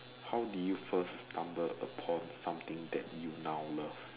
how do you first stumble upon something that you now love